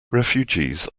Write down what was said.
refugees